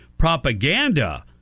propaganda